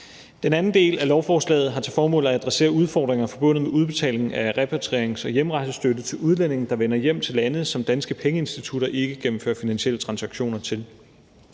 Den anden del af lovforslaget har til formål at adressere udfordringer forbundet med udbetaling af repatrierings- og hjemrejsestøtte til udlændinge, der vender hjem til lande, som danske pengeinstitutter ikke gennemfører finansielle transaktioner til.